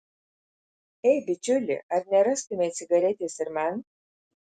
ei bičiuli ar nerastumei cigaretės ir man